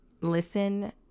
listen